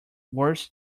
worse